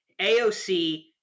AOC